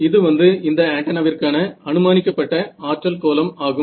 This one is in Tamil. இது வந்து இந்த ஆன்டென்னாவிற்கான அனுமானிக்கப்பட்ட ஆற்றல் கோலம் ஆகும்